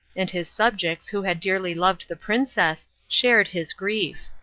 and his subjects, who had dearly loved the princess, shared his grief.